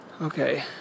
Okay